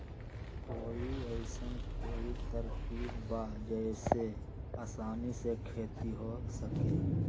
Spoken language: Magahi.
कोई अइसन कोई तरकीब बा जेसे आसानी से खेती हो सके?